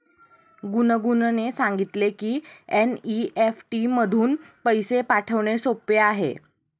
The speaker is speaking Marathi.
गुनगुनने सांगितले की एन.ई.एफ.टी मधून पैसे पाठवणे सोपे आहे